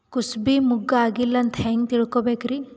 ಕೂಸಬಿ ಮುಗ್ಗ ಆಗಿಲ್ಲಾ ಅಂತ ಹೆಂಗ್ ತಿಳಕೋಬೇಕ್ರಿ?